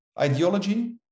ideology